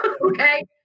Okay